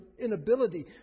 inability